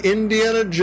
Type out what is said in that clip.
Indiana